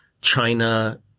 China